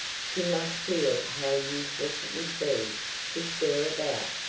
she must feel how useless it would be to stir about,